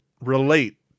relate